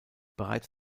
bereits